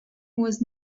was